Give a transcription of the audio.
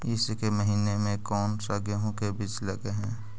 ईसके महीने मे कोन सा गेहूं के बीज लगे है?